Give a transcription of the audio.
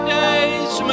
days